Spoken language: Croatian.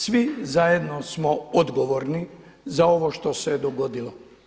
Svi zajedno smo odgovorni za ovo što se dogodilo.